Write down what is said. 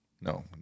No